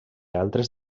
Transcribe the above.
altres